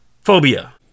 Phobia